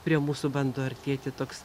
prie mūsų bando artėti toks